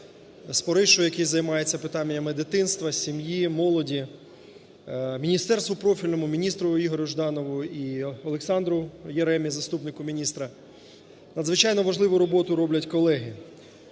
Споришу, який займається питаннями дитинства, сім'ї, молоді, міністерству профільному, міністру Ігорю Жданову і Олександру Яремі, заступнику міністра, надзвичайно важливу роботу роблять колеги.